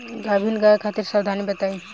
गाभिन गाय खातिर सावधानी बताई?